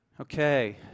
Okay